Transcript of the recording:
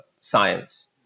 science